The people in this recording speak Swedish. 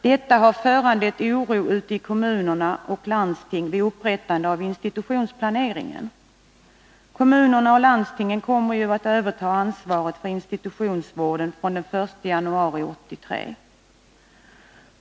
Detta har föranlett oro ute i kommuner och landsting vid upprättande av institutionsplaneringen. Kommunerna och landstingen kommer ju att överta ansvaret för institutionsvården fr.o.m. den 1 januari 1983.